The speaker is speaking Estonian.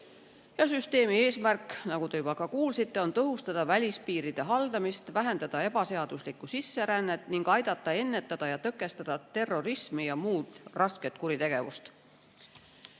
Ja süsteemi eesmärk, nagu te juba kuulsite, on tõhustada välispiiride haldamist, vähendada ebaseaduslikku sisserännet ning aidata ennetada ja tõkestada terrorismi ja muud rasket kuritegevust.